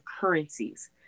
currencies